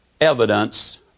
evidence